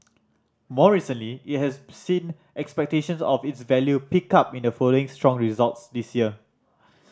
more recently it has seen expectations of its value pick up in the following strong results this year